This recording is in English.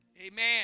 Amen